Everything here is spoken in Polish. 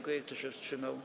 Kto się wstrzymał?